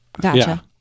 Gotcha